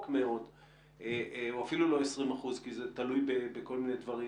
מאוד והוא אפילו לא 20 אחוזים - כי זה תלוי בכל מיני דברים